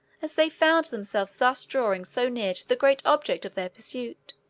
as they found themselves thus drawing so near to the great object of their pursuit.